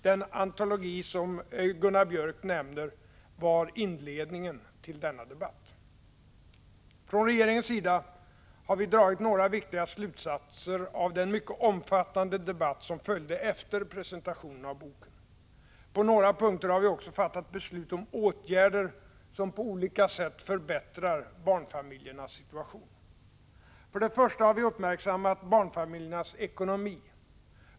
Den antologi Gunnar Biörck nämner var inledningen till denna debatt. Från regeringens sida har vi dragit några viktiga slutsatser av den mycket omfattande debatt som följde efter presentationen av boken. På några punkter har vi också fattat beslut om åtgärder som på olika sätt förbättrar barnfamiljernas situation. För det första har vi uppmärksammat barnfamiljernas ekonomi.